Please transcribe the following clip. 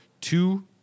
Two